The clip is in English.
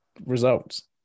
Results